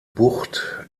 bucht